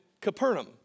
Capernaum